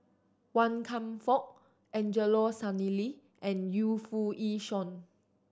Wan Kam Fook Angelo Sanelli and Yu Foo Yee Shoon